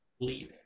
Leave